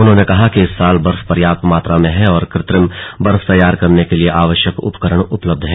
उन्होंने कहा कि इस साल बर्फ पर्याप्त मात्रा में है और कृत्रिम बर्फ तैयार करने के लिए आवश्यक उपकरण उपलब्ध हैं